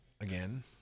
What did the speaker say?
again